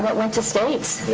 but went to state.